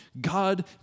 God